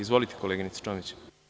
Izvolite, koleginice Čomić.